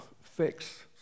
fix